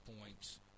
points